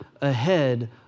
ahead